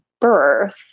birth